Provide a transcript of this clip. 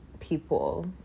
people